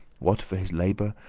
what for his labour,